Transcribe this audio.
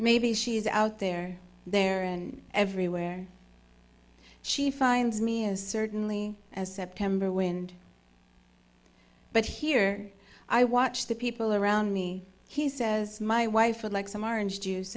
maybe she's out there there and everywhere she finds me as certainly as september wind but here i watch the people around me he says my wife would like some r and juice